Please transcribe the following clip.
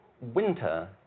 winter